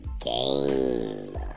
game